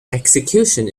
execution